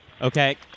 Okay